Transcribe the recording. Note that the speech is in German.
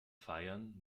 feiern